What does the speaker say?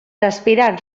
aspirants